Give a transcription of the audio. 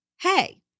Hey